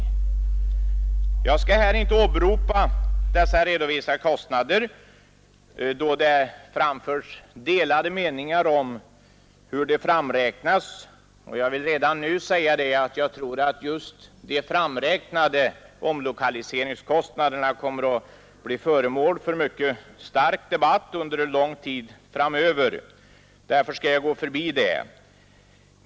Jag skall här inte åberopa dessa redovisade kostnader, då det framförts delade meningar om hur de framräknats. Jag vill redan nu säga att jag tror att de framräknade omlokaliseringskostnaderna kommer att bli föremål för mycket häftig debatt under en lång tid framöver. Därför skall jag gå förbi dem.